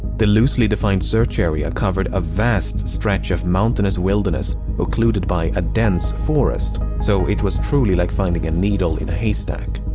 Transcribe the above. the loosely defined search area covered a vast stretch of mountainous wilderness occluded by a dense forest, so it was truly like finding a needle in a haystack.